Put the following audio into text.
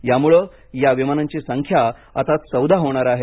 यामुळे या विमानांची संख्या आता चौदा होणार आहे